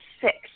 six